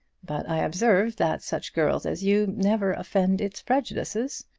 but i observe that such girls as you never offend its prejudices.